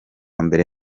mbere